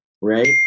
right